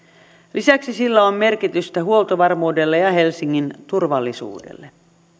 lisäksi sillä on merkitystä huoltovarmuudelle ja helsingin turvallisuudelle